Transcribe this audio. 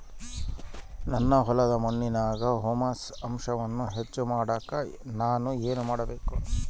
ನನ್ನ ಹೊಲದ ಮಣ್ಣಿನಾಗ ಹ್ಯೂಮಸ್ ಅಂಶವನ್ನ ಹೆಚ್ಚು ಮಾಡಾಕ ನಾನು ಏನು ಮಾಡಬೇಕು?